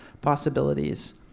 possibilities